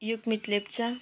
Yukmit Lepcha